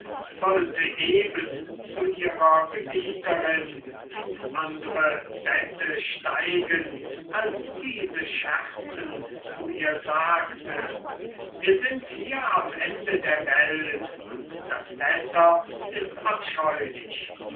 wollte eben zu ihrer gebieterin ins andre bette steigen als diese scherzend zu ihr sagte wir sind hier am ende der welt und das wetter ist abscheulich